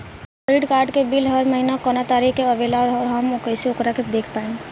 Credit card के bill हर महीना कौना तारीक के आवेला और आउर हम कइसे ओकरा के देख पाएम?